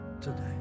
today